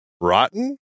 Rotten